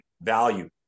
value